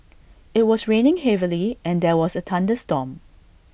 IT was raining heavily and there was A thunderstorm